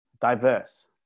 diverse